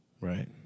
Right